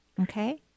Okay